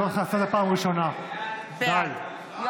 בעד נפתלי בנט,